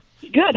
Good